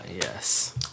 yes